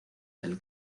del